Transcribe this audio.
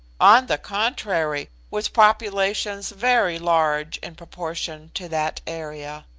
on the contrary, with populations very large in proportion to that area.